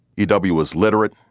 u w. was literate.